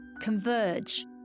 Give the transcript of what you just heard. converge